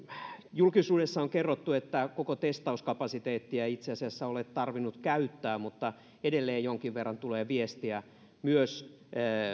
julkisuudessa on kerrottu että koko testauskapasiteettia ei itse asiassa ole tarvinnut käyttää mutta edelleen jonkin verran tulee viestiä